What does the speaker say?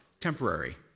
Temporary